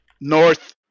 north